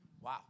Wow